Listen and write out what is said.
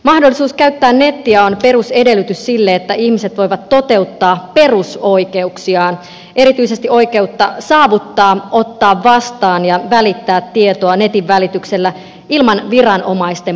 mahdollisuus käyttää nettiä on perusedellytys sille että ihmiset voivat toteuttaa perusoikeuksiaan erityisesti oikeutta saavuttaa ottaa vastaan ja välittää tietoa netin välityksellä ilman viranomaisten puuttumista